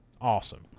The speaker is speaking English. Awesome